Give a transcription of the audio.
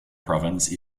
province